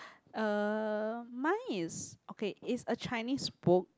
uh mine is okay is a Chinese book